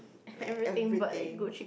like everything